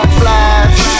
flash